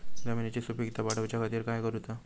जमिनीची सुपीकता वाढवच्या खातीर काय करूचा?